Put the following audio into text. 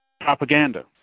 propaganda